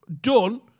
done